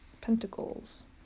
pentacles